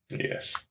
Yes